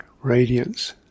radiance